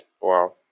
Wow